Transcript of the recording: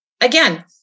again